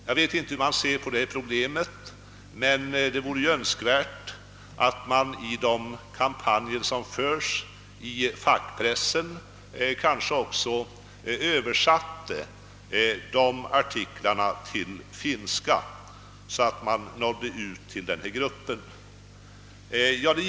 Jag vet inte hur man ser på detta problem, men det vore högst önskvärt att man i de kampanjer som förs åtminstone i fackpressen och i dagstidningarna översatte artiklarna till finska, så att informationen nådde ut till denna grupp av skogsarbetare.